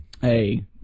Hey